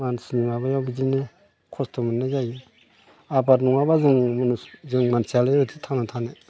मानसिनि माबायाव बिदिनो खस्थ' मोननाय जायो आबाद नङाब्ला जों मानसियालाय बोरैथो थांना थानो